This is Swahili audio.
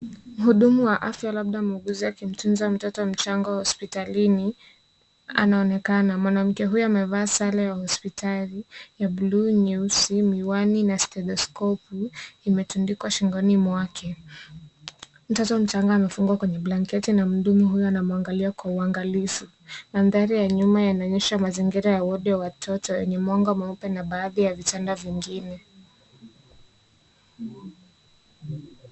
Mhudumu wa afya labda muuguzi akimtunza mtoto mchanga hospitalini, anaonekana. Mwanamke huyo amevaa sare ya hospitali ya bluu nyeusi, miwani na stethoskopu, imetundikwa shingoni mwake. Mtoto mchanga amefungwa kwenye blanketi na mhudumu huyo anamwangalia kwa uangalifu. Mandhari ya nyuma yanaonyesha mazingira ya wodi wa watoto wenye mwanga mweupe na baadhi ya vitanda vingine.